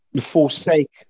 forsake